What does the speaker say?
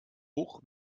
hoch